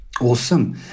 Awesome